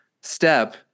step